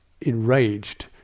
enraged